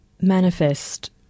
manifest